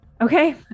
Okay